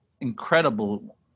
incredible